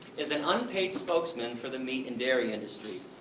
is an unpaid spokesman for the meat and dairy industries.